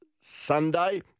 Sunday